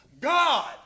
God